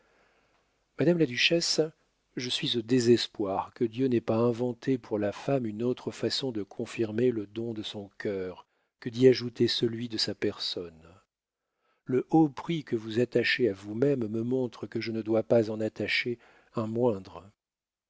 madame la duchesse je suis au désespoir que dieu n'ait pas inventé pour la femme une autre façon de confirmer le don de son cœur que d'y ajouter celui de sa personne le haut prix que vous attachez à vous-même me montre que je ne dois pas en attacher un moindre